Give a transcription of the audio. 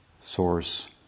source